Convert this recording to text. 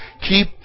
keep